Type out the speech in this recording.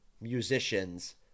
musicians